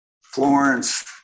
Florence